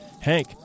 Hank